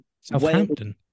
Southampton